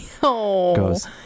goes